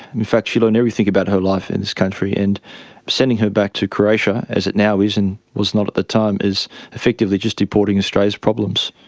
in fact she learned everything about her life in this country, and sending her back to croatia, as it now is and was not at the time, is effectively just deporting australia's problems.